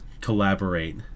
collaborate